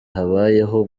habayeho